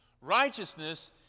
Righteousness